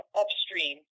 upstream